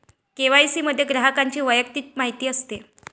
KYC मध्ये ग्राहकाची वैयक्तिक माहिती असते